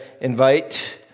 invite